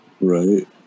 right